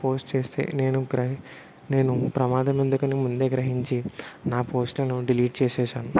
post చేస్తే నేను గ్రై నేను ప్రమాదం ఎందుకని ముందే గ్రహించి నా పోస్ట్లను డిలీట్ చేసేసాను